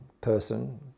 person